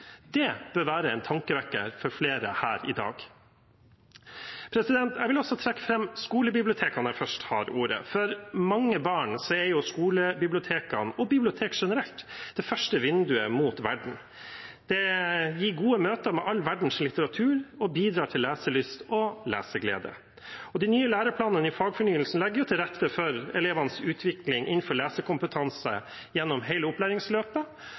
Det bør være en tankevekker for flere her i dag. Jeg vil også trekke fram skolebiblioteket når jeg først har ordet. For mange barn er skolebiblioteket og bibliotek generelt det første vinduet mot verden. De gir gode møter med all verdens litteratur og bidrar til leselyst og leseglede. De nye læreplanene i fagfornyelsen legger til rette for elevenes utvikling innenfor lesekompetanse gjennom hele opplæringsløpet